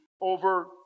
over